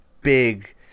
big